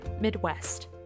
Midwest